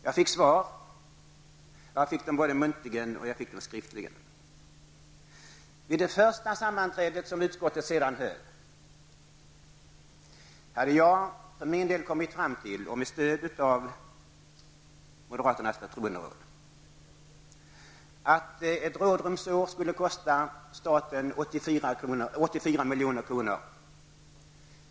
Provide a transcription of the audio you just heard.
Jag fick svar på dessa frågor, både muntligen och skriftligen. Vid det första sammanträde som utskottet därefter höll hade jag för min del med stöd av moderata samlingspartiets förtroenderåd kommit fram till att ett rådrumsår skulle kosta staten 84 milj.kr.